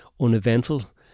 uneventful